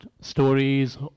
stories